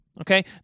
okay